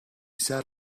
sat